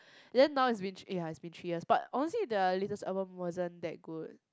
then now it's been thr~ ya it's been three years but honestly their latest album wasn't that good